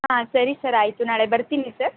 ಹಾಂ ಸರಿ ಸರ್ ಆಯಿತು ನಾಳೆ ಬರ್ತೀನಿ ಸರ್